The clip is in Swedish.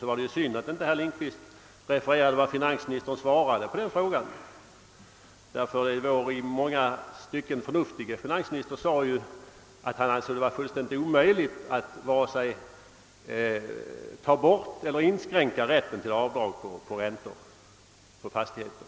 Det var emellertid synd att herr Lindkvist inte refererade vad finansministern svarade på denna fråga. Vår i många stycken förnuftige finansminister ansåg nämligen att det skulle vara fullständigt omöjligt att vare sig avskaffa eller inskränka rätten till avdrag för räntor på fastigheter.